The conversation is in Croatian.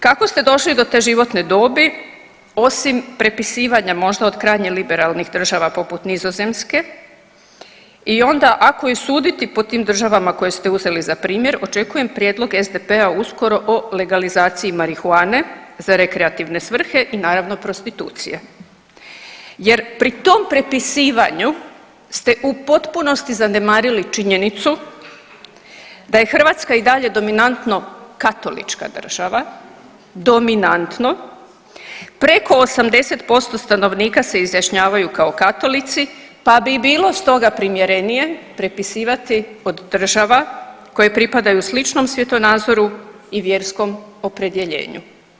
Kako ste došli do te životne dobi osim prepisivanja možda od krajnje liberalnih država poput Nizozemske i onda ako je suditi po tim državama koje ste uzeli za primjer očekujem prijedlog SDP-a uskoro o legalizaciji marihuane za rekreativne svrhe i naravno prostitucije jer pri tom prepisivanju ste u potpunosti zanemarili činjenicu da je Hrvatska i dalje dominantno katolička država, dominantno, preko 80% stanovnika se izjašnjavaju kao katolici, pa bi i bilo stoga primjerenije prepisivati od država koje pripadaju sličnom svjetonazoru i vjerskom opredjeljenju.